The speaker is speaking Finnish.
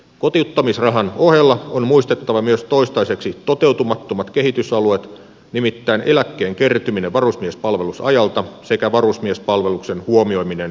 kotiuttamisrahan ohella on muistettava myös toistaiseksi toteutumattomat kehitysalueet nimittäin eläkkeen kertyminen varusmiespalvelusajalta sekä varusmiespalveluksen huomioiminen siviiliopinnoissa